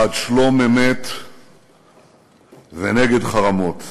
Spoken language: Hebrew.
בעד שלום-אמת ונגד חרמות.